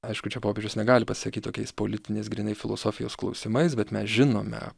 aišku čia popiežius negali pasakyt tokiais politinės grynai filosofijos klausimais bet mes žinome